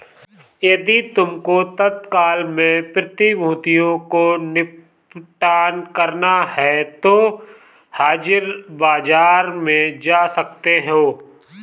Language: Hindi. यदि तुमको तत्काल में प्रतिभूतियों को निपटान करना है तो हाजिर बाजार में जा सकते हो